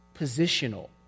positional